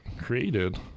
created